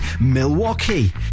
Milwaukee